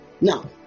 Now